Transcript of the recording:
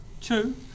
two